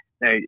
Now